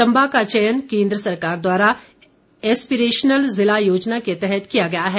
चंबा का चयन केन्द्र सरकार द्वारा एस्पिरेशनल ज़िला योजना के तहत किया गया है